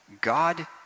God